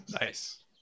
Nice